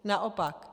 Naopak.